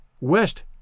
West